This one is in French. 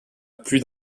plus